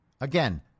Again